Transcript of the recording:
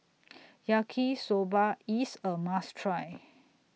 Yaki Soba IS A must Try